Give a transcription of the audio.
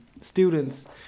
students